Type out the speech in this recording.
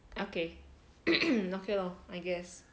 okay okay lor I guess